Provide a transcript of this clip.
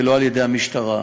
ולא על-ידי המשטרה.